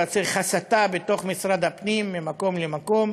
אבל צריך הסטה בתוך משרד הפנים ממקום למקום